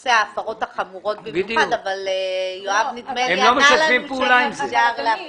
נושא ההפרות החמורות במיוחד אבל נדמה לי שיואב ענה לנו.